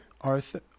Arthur